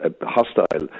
hostile